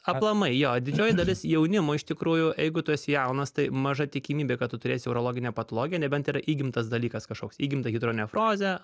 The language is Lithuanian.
aplamai jo didžioji dalis jaunimo iš tikrųjų jeigu tu esi jaunas tai maža tikimybė kad tu turėsi urologinę patologiją nebent yra įgimtas dalykas kažkoks įgimta hidronefrozė